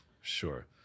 Sure